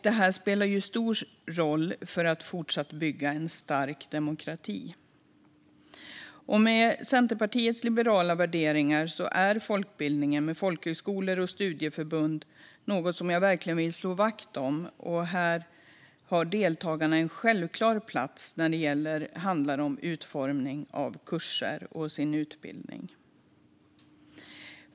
Detta spelar stor roll för det fortsatta byggandet av en stark demokrati. Centerpartiets liberala värderingar gör att folkbildningen med folkhögskolor och studieförbund är något som jag verkligen vill slå vakt om. Här har deltagarna en självklar plats när det handlar om utformning av kurser och utbildning.